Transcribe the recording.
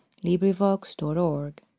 LibriVox.org